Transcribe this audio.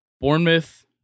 Bournemouth